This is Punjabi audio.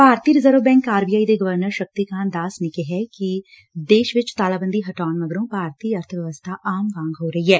Bharatiya reserve bank R B I ਦੇ ਗਵਰਨਰ ਸ਼ਕਤੀਕਾਤ ਦਾਸ ਨੇ ਕਿਹੈ ਦੇਸ਼ ਵਿਚ ਤਾਲਾਬੰਦੀ ਹਟਾਉਣ ਮਗਰੋਂ ਭਾਰਤੀ ਅਰਥ ਵਿਵਸਥਾ ਆਮ ਵਾਂਗ ਹੋ ਰਹੀ ਐ